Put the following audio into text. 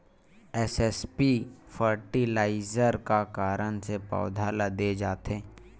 SSP fertiliser का कारण से पौधा ल दे जाथे?